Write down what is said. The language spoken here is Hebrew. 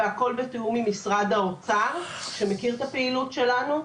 והכל בתיאום עם משרד האוצר שמכיר את הפעילות שלנו.